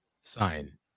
sign